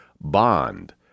Bond